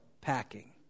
packing